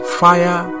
fire